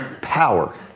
power